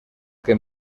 que